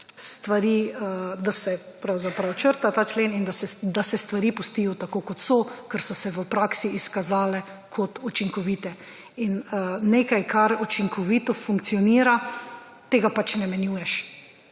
stvari, da se pravzaprav črta ta člen in da se stvari pustijo tako, kot so, ker so se v praksi izkazale kot učinkovite in nekaj, kar učinkovito funkcionira, tega ne menjuješ,